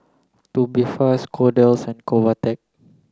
Tubifast Kordel's and Convatec